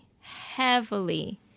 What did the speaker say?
heavily